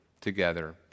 together